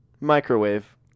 Microwave